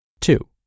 Two